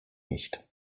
nicht